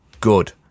good